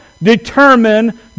determine